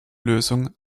lösung